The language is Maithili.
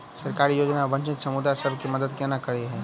सरकारी योजना वंचित समुदाय सब केँ मदद केना करे है?